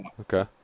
Okay